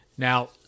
Now